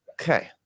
Okay